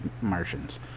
Martians